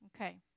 Okay